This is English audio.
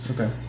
Okay